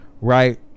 right